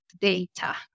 data